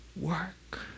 work